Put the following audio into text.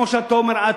כמו שאתה אומר,